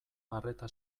arreta